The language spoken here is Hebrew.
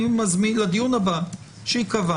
אני מזמין לדיון הבא שייקבע,